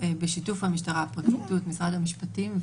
בשיתוף המשטרה, הפרקליטות, משרד המשפטים.